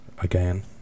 again